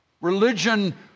Religion